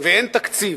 ואין תקציב.